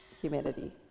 humidity